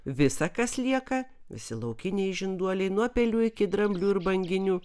visa kas lieka visi laukiniai žinduoliai nuo pelių iki dramblių ir banginių